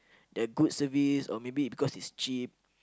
their good service or maybe because it's cheap